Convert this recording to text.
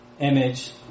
image